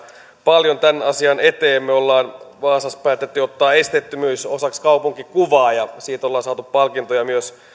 paljon tämän asian eteen me olemme vaasassa päättäneet ottaa esteettömyyden osaksi kaupunkikuvaa ja siitä olemme saaneet palkintoja myös